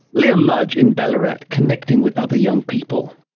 liam mudge in ballarat connecting with other young people